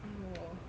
!aiyo!